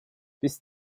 bis